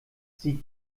sie